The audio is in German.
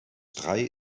drei